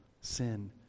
sin